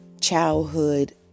childhood